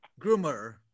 groomer